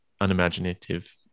unimaginative